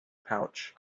pouch